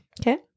okay